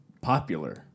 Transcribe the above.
popular